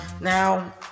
Now